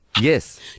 Yes